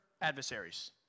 adversaries